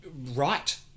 right